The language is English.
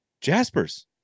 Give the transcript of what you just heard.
Jasper's